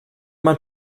mein